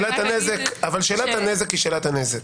אבל שאלת הנזק היא שאלת הנזק,